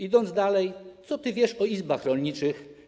Idę dalej: Co ty wiesz o izbach rolniczych?